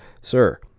Sir